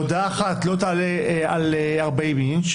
אחת לא תעלה על 40 אינץ',